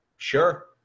Sure